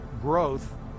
growth